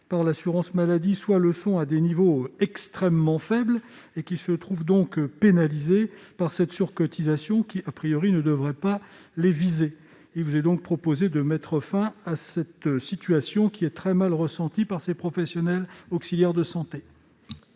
par l'assurance maladie ou le sont à des niveaux extrêmement faibles et qui se trouvent donc pénalisés par cette surcotisation qui,, ne devrait pas les viser. Il est donc proposé de mettre fin à cette situation qui est très mal ressentie par ces professionnels auxiliaires de santé.